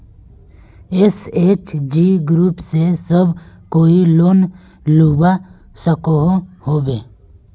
SHG group से सब कोई लोन लुबा सकोहो होबे?